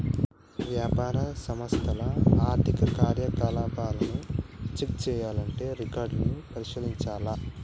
వ్యాపార సంస్థల ఆర్థిక కార్యకలాపాలను చెక్ చేయాల్లంటే రికార్డులను పరిశీలించాల్ల